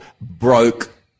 broke